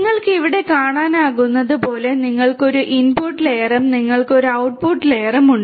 നിങ്ങൾക്ക് ഇവിടെ കാണാനാകുന്നതുപോലെ നിങ്ങൾക്ക് ഒരു ഇൻപുട്ട് ലെയറും നിങ്ങൾക്ക് ഒരു ഔട്ട്പുട്ട് ലെയറും ഉണ്ട്